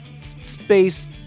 space